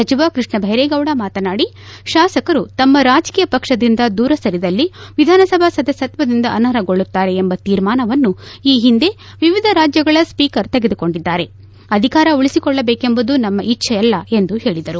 ಸಚಿವ ಕೃಷ್ಣಬೈರೇಗೌಡ ಮಾತನಾಡಿ ತಾಸಕರು ತಮ್ಮ ರಾಜಕೀಯ ಪಕ್ಷದಿಂದ ದೂರ ಸರಿದಲ್ಲಿ ವಿಧಾನಸಭಾ ಸದಸ್ಯತ್ವದಿಂದ ಅನರ್ಹಗೊಳ್ಳುತ್ತಾರೆ ಎಂಬ ತೀರ್ಮಾನವನ್ನು ಈ ಹಿಂದೆ ವಿವಿಧ ರಾಜ್ಯಗಳ ಸ್ವೀಕರ್ ತೆಗೆದುಕೊಂಡಿದ್ದಾರೆ ಅಧಿಕಾರ ಉಳಿಸಿಕೊಳ್ಳಬೇಕೆಂಬುದು ನಮ್ಮ ಇಜ್ದೆಯಲ್ಲ ಎಂದು ಹೇಳಿದರು